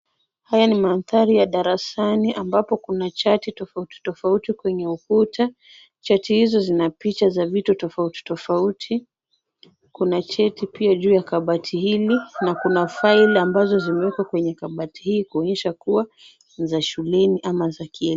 Haya ni madhaari ya darasani ambapo kuna chati tofauti tofauti kwenye ukuta, chati hizi zina picha za vitu tofauti tofauti, kuna cheti pia juu ya kabati hili na kuna file ambazo zimewekwa kwenye kabati hii kuonyesha kuwa ni za shuleni ama za kielimu.